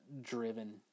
driven